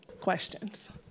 questions